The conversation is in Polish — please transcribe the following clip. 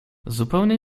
zupełnie